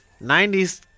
90s